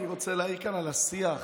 אני רוצה להעיר כאן על השיח.